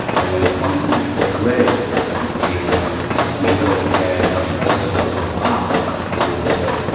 and when it comes to this rear rail system and we go ahead and open up the bottom a little bit.